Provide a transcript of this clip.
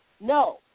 No